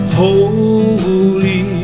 holy